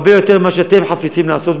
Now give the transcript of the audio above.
הרבה יותר מאשר אתם חפצים לעשות,